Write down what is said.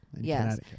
yes